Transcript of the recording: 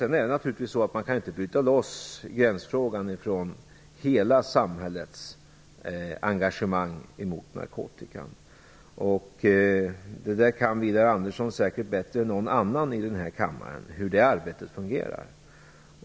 Sedan kan man naturligtvis inte bryta loss gränsfrågan från hela samhällets engagemang emot narkotikan. Widar Andersson vet säkert bättre än någon annan i kammaren hur det arbetet fungerar.